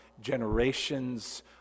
generations